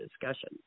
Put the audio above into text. discussion